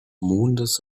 mondes